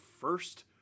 first